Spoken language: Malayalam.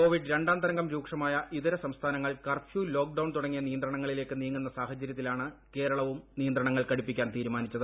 കോവിഡ് രണ്ടാം തരംഗം രൂക്ഷമായ ഇതര സംസ്ഥാനങ്ങൾ കർഫ്യൂ ലോക്ക്ഡൌൺ തുടങ്ങിയ നിയന്ത്രണങ്ങളിലേക്ക് നീങ്ങുന്ന സാഹചരൃത്തിലാണ് കേരളവും നിയന്ത്രണങ്ങൾ കടുപ്പിക്കാൻ തീരുമാനിച്ചത്